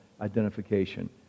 identification